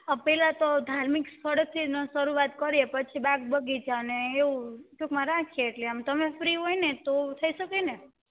આ પહેલાં તો ધાર્મિક સ્થળોથી શરૂઆત કરીએ પછી બાગ બગીચા ને એવું ટૂંકમાં રાખીએ એટલે આમ તમે ફ્રી હોય ને તો થઈ શકે ને